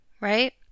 right